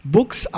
Books